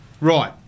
Right